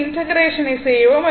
இன்டக்ரேஷனை செய்வோம்